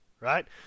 right